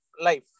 life